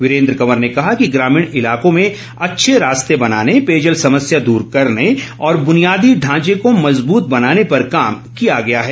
वीरेन्द्र कंवर ने कहा कि ग्रामीण इलाकों में अच्छे रास्ते बनाने पेयजल समस्या दूर करने और बुनियादी ढांचे को मज़बूत बनाने पर काम किया गया है